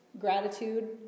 gratitude